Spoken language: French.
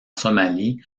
somalie